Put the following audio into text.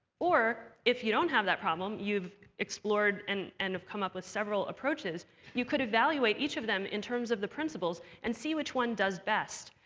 or if you don't have that problem you've explored and and have come up with several approaches you could evaluate each of them in terms of the principles and see which one does best.